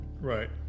Right